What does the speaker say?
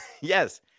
yes